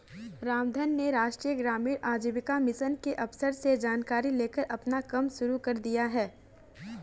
रामधन ने राष्ट्रीय ग्रामीण आजीविका मिशन के अफसर से जानकारी लेकर अपना कम शुरू कर दिया है